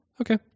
okay